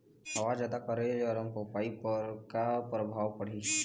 हवा जादा करे ले अरमपपई पर का परभाव पड़िही?